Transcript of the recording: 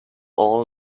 all